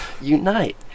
unite